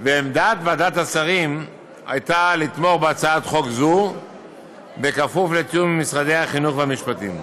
ועמדת השרים הייתה לתמוך בה כפוף לתיאום עם משרד החינוך ומשרד המשפטים.